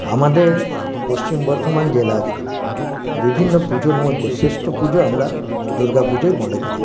আমাদের পশ্চিম বর্ধমান জেলার বিভিন্ন পুজোর মধ্যে শ্রেষ্ঠ পুজো আমরা দুর্গাপুজোই মনে করি